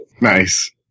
Nice